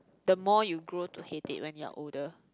the more you grow to hate it when you are older